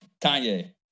Kanye